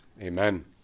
Amen